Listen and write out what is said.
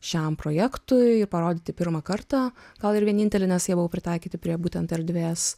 šiam projektui ir parodyti pirmą kartą gal ir vienintelį nes jie buvo pritaikyti prie būtent erdvės